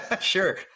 sure